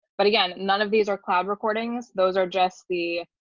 but again, none of these are cloud recordings. those are just the,